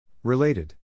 Related